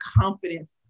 confidence